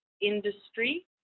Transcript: industry